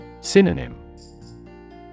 Synonym